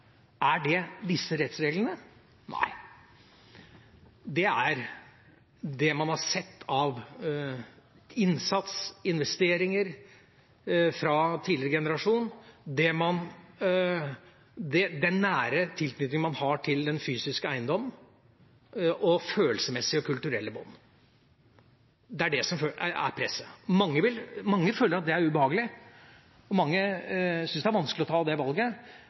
Er det disse rettsreglene? Nei, det er det man har sett av innsats og investeringer fra tidligere generasjon, den nære tilknytningen man har til den fysiske eiendommen, og følelsesmessige og kulturelle bånd som er presset. Mange føler at det er ubehagelig, og mange syns det er vanskelig å ta det valget,